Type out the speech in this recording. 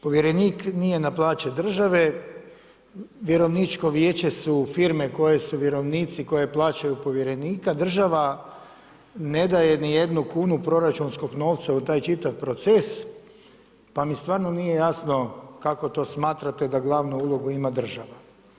Povjerenik nije na plaći države, vjerovničko vijeće su firme koje su vjerovnici koje plaćaju povjerenika, država ne daje ni jednu kunu proračunskog novca u taj čitav proces, pa mi stvarno nije jasno kako to smatrate da glavnu ulogu ima država.